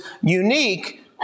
unique